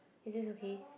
this is okay